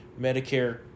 Medicare